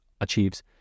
achieves